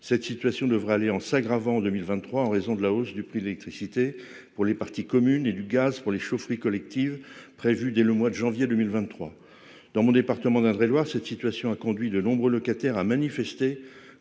Cette situation devrait aller en s'aggravant en 2023 en raison de la hausse du prix de l'électricité pour les parties communes et de celle du gaz pour les chaufferies collectives, prévues dès le mois de janvier 2023. Dans mon département d'Indre-et-Loire, cette situation a conduit de nombreux locataires à manifester